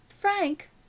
Frank